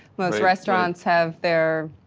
most restaurants have their